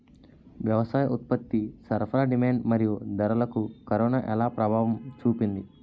వ్యవసాయ ఉత్పత్తి సరఫరా డిమాండ్ మరియు ధరలకు కరోనా ఎలా ప్రభావం చూపింది